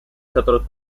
которых